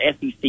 SEC